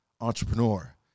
entrepreneur